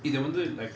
இத வந்து:itha vanthu